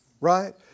right